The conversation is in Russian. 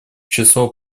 число